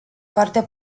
foarte